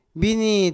bini